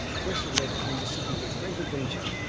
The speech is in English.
the vessel later came to sydney with great adventure.